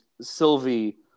Sylvie